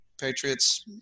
Patriots